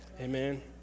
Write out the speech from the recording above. Amen